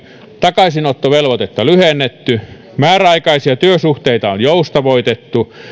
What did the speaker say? takaisinottovelvoitetta lyhennetty määräaikaisia työsuhteita on joustavoitettu